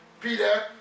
Peter